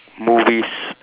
movies